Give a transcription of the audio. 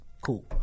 Cool